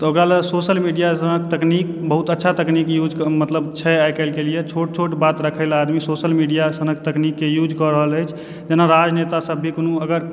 तऽ ओकरालऽ सोशल मीडियासनहक तकनीक बहुत अच्छा तकनीक यूज मतलव छै आइकाल्हिकऽ लिअ छोट छोट बात रखैले आदमी सोशल मीडियासनहक तकनीककऽ यूजकऽ रहल अछि जेना राजनेतासभ भी कोनो अगर